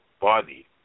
body